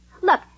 Look